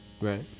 right